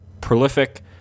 prolific